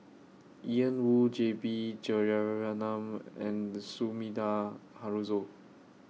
Ian Woo J B Jeyaretnam and Sumida Haruzo